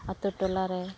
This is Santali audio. ᱟ ᱛᱩ ᱴᱚᱞᱟ ᱨᱮ